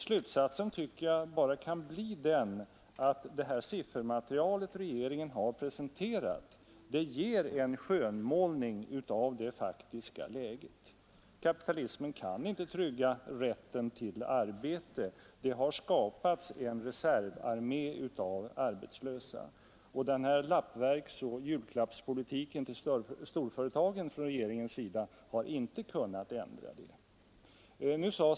Slutsatsen tycker jag bara kan bli den att det siffermaterial som regeringen har presenterat ger en skönmålning av det faktiska läget. Kapitalismen kan inte trygga rätten till arbete. Det har skapats en reservarmé av arbetslösa. Lappverksoch julklappspolitiken gentemot storföretagen från regeringens sida har inte kunnat ändra detta förhållande.